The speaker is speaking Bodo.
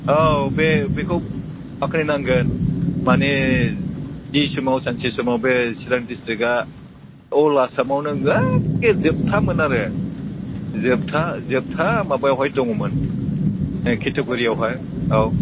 औ बे बेखौ बाख्नायनांगोन मानि जि समाव सानसे समाव बे चिरां डिस्ट्रिक्टआ अल आसामआवनो गासै जोबथामोन आरो जोबथा जोबथा माबायावहाय दङमोन केटेगरियावहाय औ